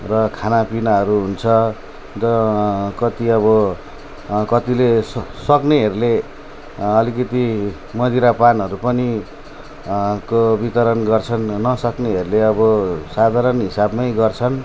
र खानापिनाहरू हुन्छ र कति अब कतिले स सक्नेहरूले अलिकति मदिरापानहरू पनि को वितरण गर्छन् नसक्नेहरूले अब साधारण हिसाबमै गर्छन्